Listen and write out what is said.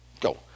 go